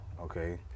okay